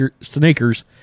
sneakers